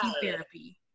therapy